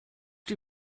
die